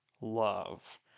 love